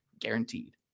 guaranteed